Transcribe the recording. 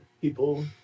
people